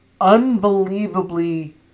unbelievably